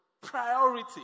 priority